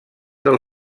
del